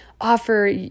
offer